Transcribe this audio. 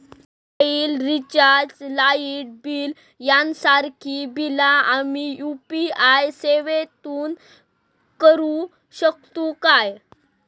Mobile recharge, light bill यांसारखी बिला आम्ही यू.पी.आय सेवेतून करू शकतू काय?